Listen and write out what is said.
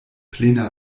plena